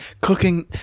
cooking